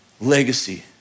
legacy